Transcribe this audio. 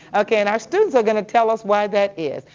okay and our students are going to tell us why that is.